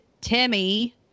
Timmy